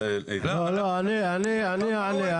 לא, אני אענה.